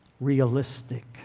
Realistic